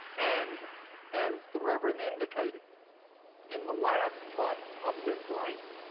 and as the reverend indicated in the last months of his life,